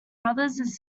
brothers